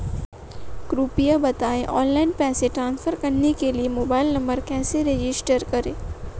कृपया बताएं ऑनलाइन पैसे ट्रांसफर करने के लिए मोबाइल नंबर कैसे रजिस्टर करें?